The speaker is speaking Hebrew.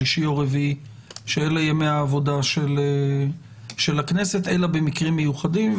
שליש או רביעי שאלה ימי העבודה של הכנסת אלא במקרים מיוחדים.